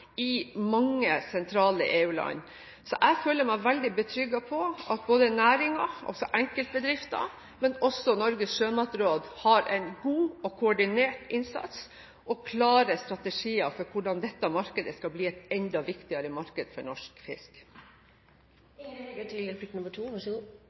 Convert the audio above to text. i mange sentrale EU-land. Jeg følger meg veldig trygg på at både næringen – altså enkeltbedrifter – og Norges sjømatråd har en god og koordinert innsats og klare strategier for hvordan dette markedet kan bli et enda viktigere marked for norsk